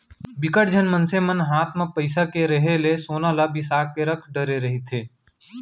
बिकट झन मनसे मन हात म पइसा के रेहे ले सोना ल बिसा के रख डरे रहिथे